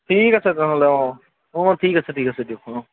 ঠিক আছে তেনেহ'লে অঁ অঁ অঁ ঠিক আছে ঠিক আছে দিয়ক অঁ